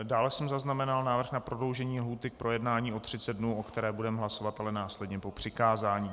Dále jsem zaznamenal návrh na prodloužení lhůty k projednání o 30 dnů, o kterém budeme hlasovat následně po přikázání.